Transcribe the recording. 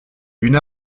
une